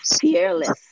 fearless